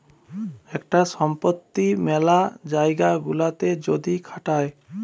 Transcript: একটা সম্পত্তি মেলা জায়গা গুলাতে যদি খাটায়